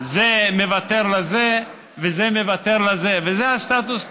זה מוותר לזה וזה מוותר לזה, וזה הסטטוס קוו.